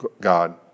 God